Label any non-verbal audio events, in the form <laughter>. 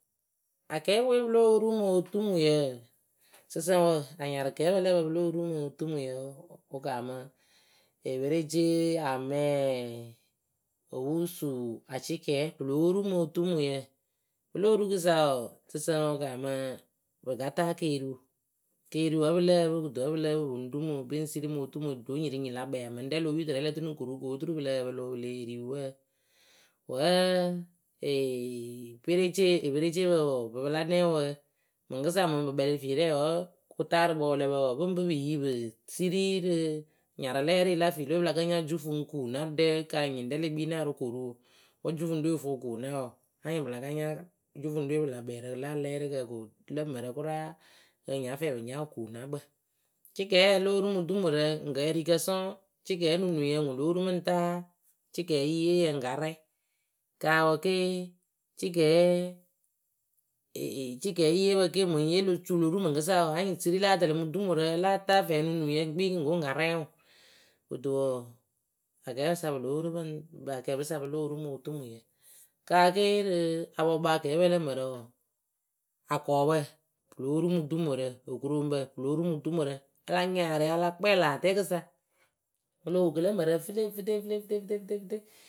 Akɛɛpɨwe pɨ lóo ru mo tumuyǝ sɨsǝŋwǝ anyarɨkɛɛpɨ lǝ epǝ pɨlo ru motumuyǝ wɨ kaamɨ: eperecee, amɛɛ opusu, acɩkɛɛ pɨ lóo ru motumuyǝ. pɨlo orukɨsa wɔɔ sɨsǝŋ wɨ kaamɨ pɨ ka ta keriwu keriwu wǝ pɨ lǝ́ǝ pɨ kɨto wǝ pɨ lǝ́ǝ pɨŋ rumɨ pɨŋ siri motumui ɖo nyiriŋnyi la kpɛ mɨŋ rɛ lo yu tɨrɛ lǝ tɨnɨ rɨ koru ko oturu pɨ lǝ́ǝ pɨlɨ wʊ <hesitation> perecee epereceepǝ wɔɔ bɨ pɨ la nɛŋwǝ mɨŋkɨsa mɨŋ pɨ kpɛlɩ rɨ firɛŋ wǝ wɨtaarɨkpǝ wɨ lǝ pɨ wɔɔ pɨŋ pɨ pɨyi pɨ siri rɨ nyarɨlɛrɩ la fɛwe pɨla ka nya jufuŋkunaɖɛ kanyɩŋ rɛ le kpii naa rɨ koru wǝ jufuŋɖɨ we vʊ kuna wɔɔ anyɩŋ pɨla ka nya jufuŋɖɨwe pɨla kpɛrɨ la kɨlɛrɩkǝ rɨ lǝ mǝrǝ kʊra kɨ pɨ nya fɛ pɨ nya wjkuunakpǝ. Cɩkɛɛ lóo ru mɨ dumurǝ gǝ erikǝ sɔŋ. cɩkɛɛ nunuŋyǝ ŋwɨ lóo ru mɨŋ ta cɩkɛɛ yiyeeyǝ ŋka rɛ. Kawǝ ke <hesitation> cɩkɛɛ yiyeepǝ ke mɨŋ ye lo suloru mɨkɨsa wɔɔ anyɩŋ siri láa tɛlɩ mɨ dumurǝ láa taa fɛɛ nunuŋyǝ ŋ kpii kɨ ŋ ko ŋ ka rɛ ŋwɨ. kɨto wɔɔ akɛɛpɨsa pɨ lóo pɨŋ akɛɛpɨ sa pɨ lóo ru motumui. kaake rɨ apɔkpakɛpɨ lǝ mǝrǝ wɔɔ akɔɔpǝ pɨ lóo ru mɨ dumurǝ, okuroŋbǝ pɨ lóo ru mɨ dumurǝ. a lanyɩŋ aria a la kpɛŋ lä atɛɛkɨ sa olo wokɨ lǝ mɛrǝ fite fite fite fite.